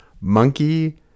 monkey